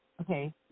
okay